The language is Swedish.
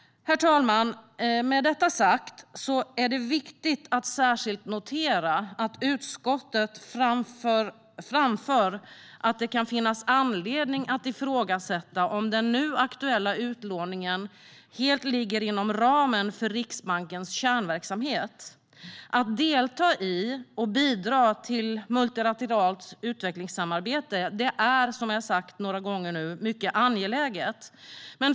Herr talman! Med detta sagt är det viktigt att särskilt notera att utskottet framför att det kan finnas anledning att ifrågasätta om den nu aktuella utlåningen helt ligger inom ramen för Riksbankens kärnverksamhet. Att delta i och bidra till multilateralt utvecklingssamarbete är, som jag har sagt några gånger nu, mycket angeläget.